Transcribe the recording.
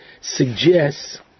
suggests